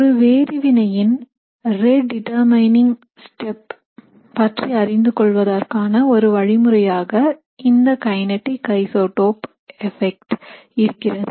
ஒரு வேதி வினையின் ரேட்டிட்டர் மேணிங் step பற்றி அறிந்து கொள்வதற்கான ஒரு வழிமுறையாக இந்த கைனடிக் ஐசோடோப் எபெக்ட் இருக்கிறது